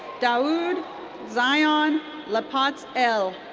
daoud zion lappots el.